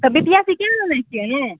तऽ बीपीएससी